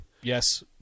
Yes